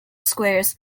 squares